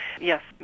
Yes